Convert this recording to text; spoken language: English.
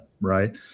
right